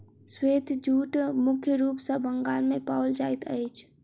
श्वेत जूट मुख्य रूप सॅ बंगाल मे पाओल जाइत अछि